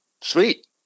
Sweet